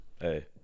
Hey